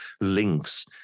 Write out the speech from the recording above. links